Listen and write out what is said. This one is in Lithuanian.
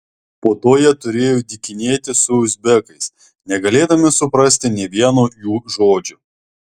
po to jie turėjo dykinėti su uzbekais negalėdami suprasti nė vieno jų žodžio